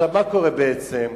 מה קורה בעצם?